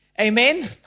Amen